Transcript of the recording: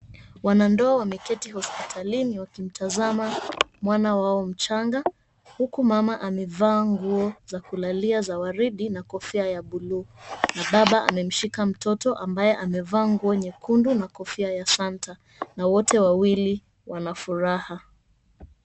Wanandoa wameketi hospitalini wakimtazama mwana wao mchanga huku mama amevalia nguo za kulalia za waridi na kofia ya buluu, baba amemshika mtoto ambaye amevaa nguo nyekundu na kofia ya Santa wote wawili wanafuraha.